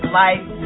life